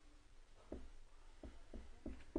בבקשה, ויאאם קבלאוי.